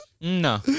No